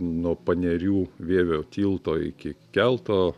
nuo panerių vievio tilto iki kelto